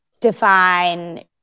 define